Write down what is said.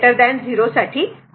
तर हे t 0 साठी आहे